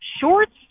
shorts